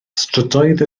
strydoedd